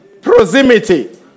Proximity